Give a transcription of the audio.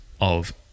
of-